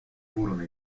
furono